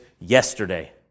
yesterday